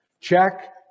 Check